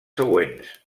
següents